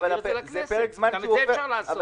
נעביר את זה לכנסת גם את זה אפשר לעשות.